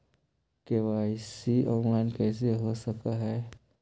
KYC online कैसे हो सक है?